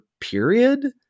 period